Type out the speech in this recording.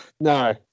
No